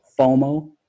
FOMO